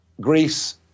Greece